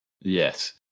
Yes